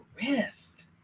rest